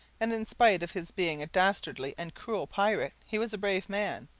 and in spite of his being a dastardly and cruel pirate he was a brave man.